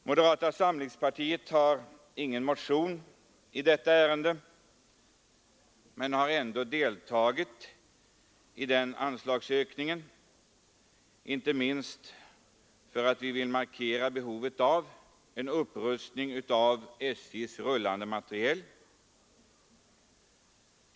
Moderata samlingspartiet har ingen motion i detta ärende men har ändå stött anslagsökningen inte minst för att vi vill markera behovet av en upprustning av SJ:s rullande materiel.